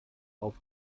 auf